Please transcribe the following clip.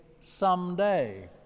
someday